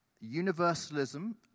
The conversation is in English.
Universalism